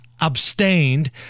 abstained